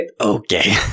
Okay